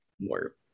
more